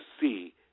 see